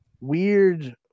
weird